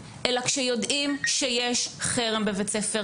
אלא כשיודעים שיש חרם בבית ספר,